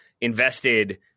invested